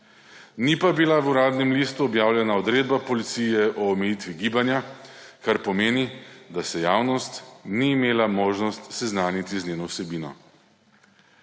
Ni pa bila v Uradnem listu objavljena odredba policije o omejitvi gibanja, kar pomeni, da se javnost ni imela možnosti seznaniti z njeno vsebino.